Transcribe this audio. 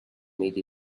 made